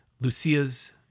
lucia's